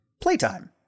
Playtime